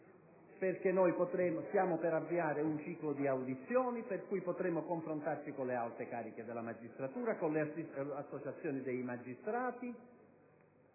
interessati. Stiamo infatti per avviare un ciclo di audizioni in cui potremo confrontarci con le alte cariche della magistratura, con le associazioni dei magistrati,